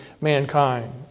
mankind